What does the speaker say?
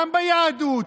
גם ביהדות,